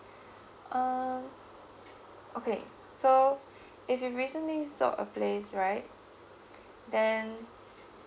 uh okay so if you recently sold a place right then